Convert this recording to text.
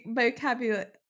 vocabulary